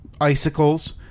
icicles